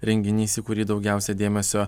renginys į kurį daugiausia dėmesio